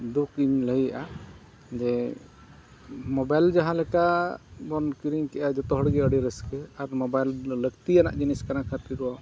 ᱫᱩᱠᱷ ᱤᱧ ᱞᱟᱹᱭᱟ ᱡᱮ ᱢᱳᱵᱟᱭᱤᱞ ᱡᱟᱦᱟᱸ ᱞᱮᱠᱟ ᱵᱚᱱ ᱠᱤᱨᱤᱧ ᱠᱮᱜᱼᱟ ᱡᱚᱛᱚ ᱦᱚᱲ ᱜᱮ ᱟᱹᱰᱤ ᱨᱟᱹᱥᱠᱟᱹ ᱟᱨ ᱢᱳᱵᱟᱭᱤᱞ ᱫᱚ ᱞᱟᱹᱠᱛᱤᱭᱟᱱᱟᱜ ᱡᱤᱱᱤᱥ ᱠᱟᱱᱟ